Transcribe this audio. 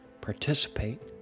participate